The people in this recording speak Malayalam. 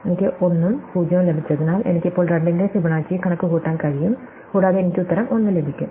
എനിക്ക് 1 ഉം 0 ഉം ലഭിച്ചതിനാൽ എനിക്ക് ഇപ്പോൾ 2 ന്റെ ഫിബൊനാച്ചി കണക്കുകൂട്ടാൻ കഴിയും കൂടാതെ എനിക്ക് ഉത്തരം 1 ലഭിക്കും